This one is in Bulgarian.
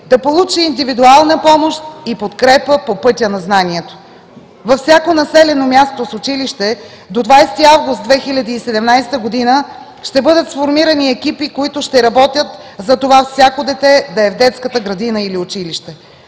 да получи индивидуална помощ и подкрепа по пътя на знанието. Във всяко населено място с училище до 20 август 2017 г. ще бъдат сформирани екипи, които ще работят за това всяко дете да е в детската градина или училище.